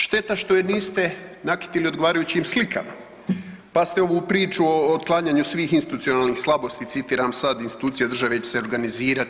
Šteta što je niste nakitili odgovarajućim slikama, pa ste ovu priču o otklanjanju svih institucionalnih slabosti, citiram sad „Institucije države će se organizirati.